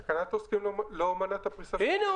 תקנת עוסקים לא מונעת ממנו את הפריסה -- הנה,